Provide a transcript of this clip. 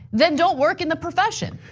then don't work in the profession.